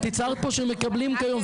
את ייצרת פה שמקבלים כיום,